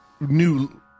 new